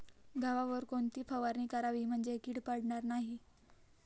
गव्हावर कोणती फवारणी करावी म्हणजे कीड पडणार नाही?